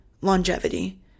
longevity